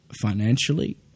financially